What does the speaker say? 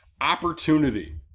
opportunity